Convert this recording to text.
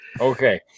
Okay